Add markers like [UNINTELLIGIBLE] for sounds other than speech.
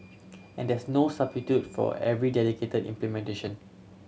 and there's no [UNINTELLIGIBLE] for very dedicated implementation